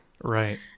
Right